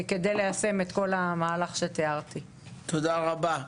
תודה רבה.